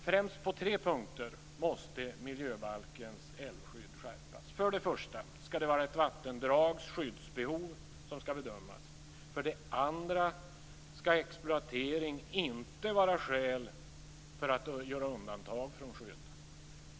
Främst på tre punkter måste miljöbalkens älvskydd skärpas. För det första skall det vara ett vattendrags skyddsbehov som skall bedömas. För det andra skall exploatering inte vara skäl för att göra undantag från skydd.